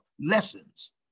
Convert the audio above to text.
lessons